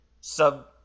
sub